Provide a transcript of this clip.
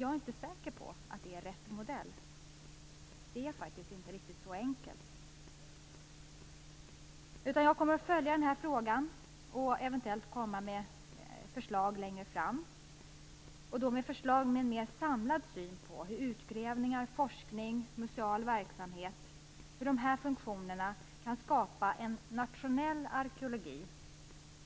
Jag är inte säker på att det är rätt modell. Det är faktiskt inte riktigt så enkelt. Jag kommer att följa den här frågan och eventuellt komma med förslag längre fram. Det kommer att vara förslag med en mer samlad syn på hur utgrävningar, forskning och museal verksamhet kan skapa en nationell arkeologi